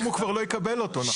אז היום הוא כבר לא יקבל אותו נכון?